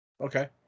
Okay